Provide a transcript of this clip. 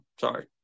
sorry